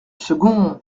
second